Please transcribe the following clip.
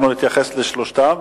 אנחנו נתייחס לשלושתן?